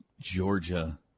Georgia